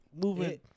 moving